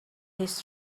his